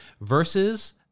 Versus